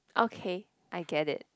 okay I get it